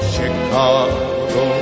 Chicago